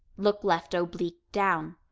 look left oblique down,